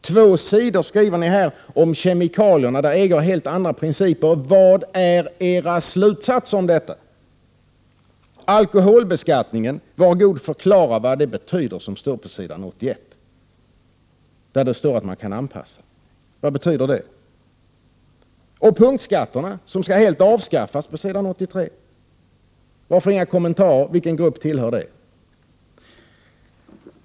Två sidor skriver ni om kemikalierna, där EG har helt andra principer — vilka är era slutsatser om detta? Alkoholbeskattningen — var god förklara vad det betyder som står på s. 81, där det står att man skall anpassa? Vad betyder det? Punktskatterna skall helt avskaffas, s. 83 — varför inga kommentarer? Vilken grupp tillhör de?